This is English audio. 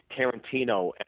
Tarantino